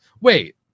Wait